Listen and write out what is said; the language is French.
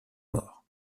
morts